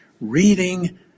reading